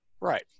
Right